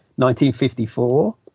1954